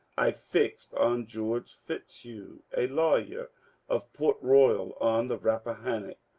i fixed on george fitzhugh, a lawyer of port royal, on the rappahannock,